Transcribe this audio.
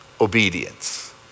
Obedience